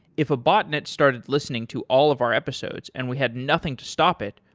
if a botnet started listening to all of our episodes and we have nothing to stop it,